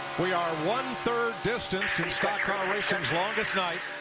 we are one-third distance from the longest night.